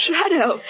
shadow